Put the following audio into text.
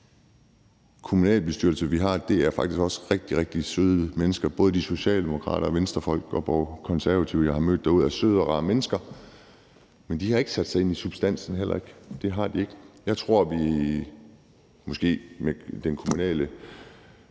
kommunalbestyrelser, vi har, faktisk også er rigtig, rigtige søde mennesker. Både de Socialdemokrater, Venstrefolk og Konservative, jeg har mødt derude, er søde og rare mennesker. Men de har heller ikke sat sig ind i substansen. Det har de ikke. Jeg tror måske, at vi med det kommunale